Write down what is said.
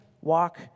walk